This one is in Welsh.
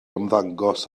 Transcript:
ymddangos